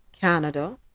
Canada